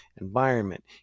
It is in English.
environment